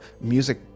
music